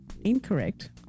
incorrect